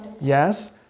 yes